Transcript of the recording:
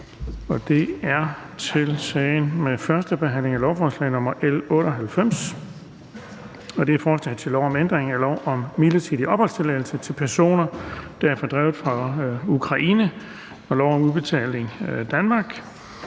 på dagsordenen er: 5) 1. behandling af lovforslag nr. L 98: Forslag til lov om ændring af lov om midlertidig opholdstilladelse til personer, der er fordrevet fra Ukraine og lov om Udbetaling Danmark.